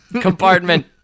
compartment